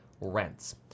rents